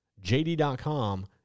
JD.com